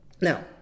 Now